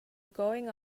going